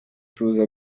tuza